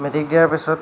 matric দিয়াৰ পিছত